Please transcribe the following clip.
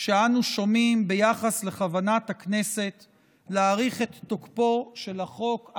שאנו שומעים ביחס לכוונת הכנסת להאריך את תוקפו של החוק,